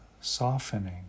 softening